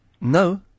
No